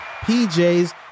PJs